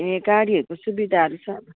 ए गाडीहरूको सुविधाहरू छ